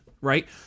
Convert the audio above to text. right